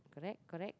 correct correct